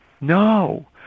No